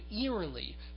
eerily